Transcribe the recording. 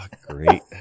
Great